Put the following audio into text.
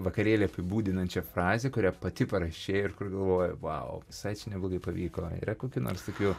vakarėlį apibūdinančią frazę kurią pati parašei ir kur galvoji vau visai čia neblogai pavyko yra kokių nors tokių